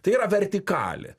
tai yra vertikalė